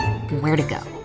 where'd it go?